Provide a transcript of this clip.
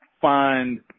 find